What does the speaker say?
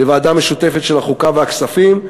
לוועדה משותפת של החוקה והכספים,